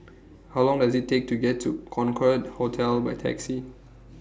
How Long Does IT Take to get to Concorde Hotel By Taxi